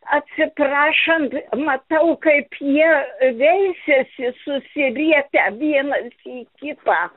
atsiprašant matau kaip jie veisiasi susirietę vienas į kitą